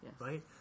right